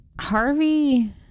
Harvey